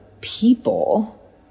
people